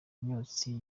imyotsi